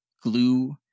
glue